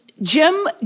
Jim